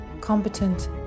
competent